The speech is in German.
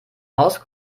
maus